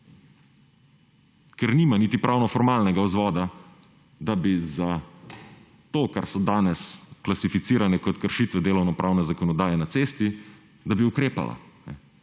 Ker nima niti pravno formalnega vzvoda, da bi za to, kar so danes klasificirane kot kršitve delovnopravne zakonodaje na cesti, da bi ukrepala.